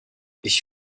ich